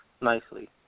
nicely